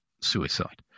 suicide